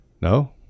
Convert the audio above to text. No